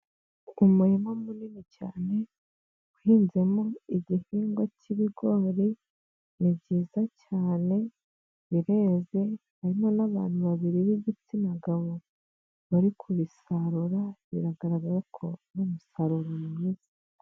Umurima munini cyane uhinzemo igihingwa k'ibigori ni byiza cyane, bireze harimo n'abantu babiri b'igitsina gabo bari kubisarura biragaragara ko ari umusaruro mwiza.